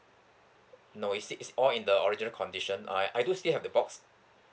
no it's it's all in the original condition I I do still have the box